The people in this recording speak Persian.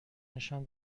نشان